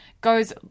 goes